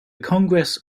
congress